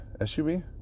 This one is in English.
SUV